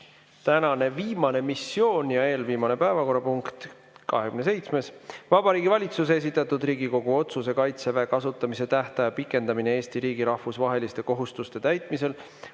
Tänane viimane missioonipunkt ja eelviimane päevakorrapunkt, 27., on Vabariigi Valitsuse esitatud Riigikogu otsuse "Kaitseväe kasutamise tähtaja pikendamine Eesti riigi rahvusvaheliste kohustuste täitmisel